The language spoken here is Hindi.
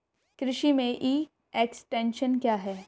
कृषि में ई एक्सटेंशन क्या है?